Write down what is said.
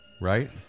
Right